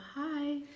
hi